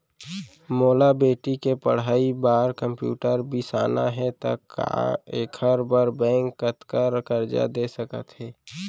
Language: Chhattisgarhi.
मोला बेटी के पढ़ई बार कम्प्यूटर बिसाना हे त का एखर बर बैंक कतका करजा दे सकत हे?